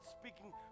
speaking